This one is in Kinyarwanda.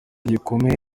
gikomeye